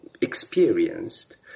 experienced